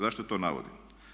Zašto to navodim?